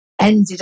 ended